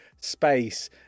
space